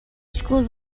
school’s